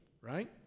right